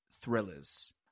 thrillers